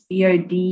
BOD